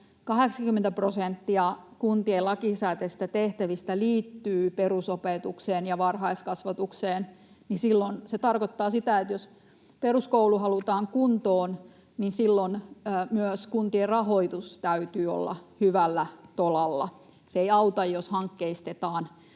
kuntien lakisääteisistä tehtävistä liittyy perusopetukseen ja varhaiskasvatukseen, silloin se tarkoittaa sitä, että jos peruskoulu halutaan kuntoon, silloin myös kuntien rahoituksen täytyy olla hyvällä tolalla. Se ei auta, jos hankkeistetaan